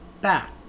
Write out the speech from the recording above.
back